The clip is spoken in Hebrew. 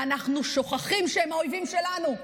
ואנחנו שוכחים שהם האויבים שלנו.